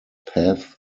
path